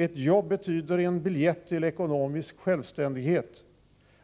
Ett jobb betyder en biljett till ekonomisk självständighet.